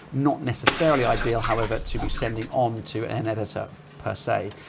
not necessarily ideal however, to be sending on to an editor per se.